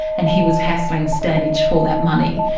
and he was hassling standage for that money.